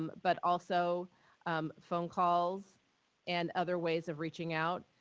but also phone calls and other ways of reaching out.